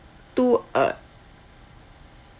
two uh